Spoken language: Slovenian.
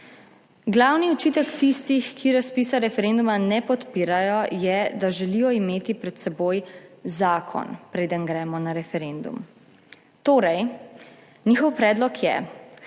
Glavni očitek tistih, ki razpisa referenduma ne podpirajo, je, da želijo imeti pred seboj zakon, preden gremo na referendum. Torej njihov predlog je,